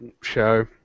show